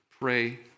pray